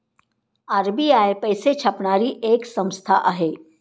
RBI पैसे छापणारी एक संस्था आहे